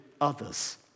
others